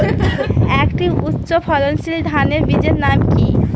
একটি উচ্চ ফলনশীল ধানের বীজের নাম কী?